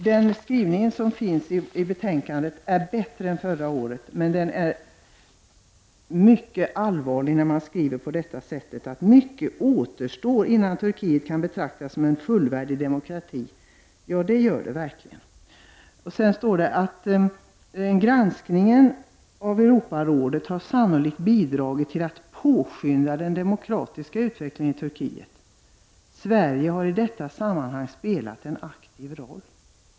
Den skrivning som finns i betänkandet är bättre än den i betänkandet förra året, men det är mycket allvarligt att man skriver att ”mycket återstår innan Turkiet kan betraktas som en fullvärdig demokrati”. Det gör det verkligen! Sedan står det att Europarådets granskning sannolikt har bidragit till att påskynda den demokratiska utvecklingen i Turkiet och att Sverige i detta sammanhang har spelat en aktiv roll.